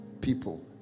people